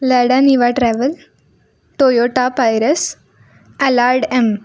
Lada Niva Travel Toyota Prius Allard M